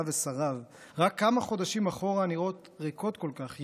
ושריו רק כמה חודשים אחורה נראות ריקות כל כך,